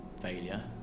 failure